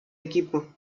equipo